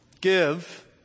Give